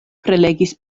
prelegis